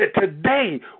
today